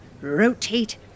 rotate